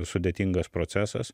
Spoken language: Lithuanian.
sudėtingas procesas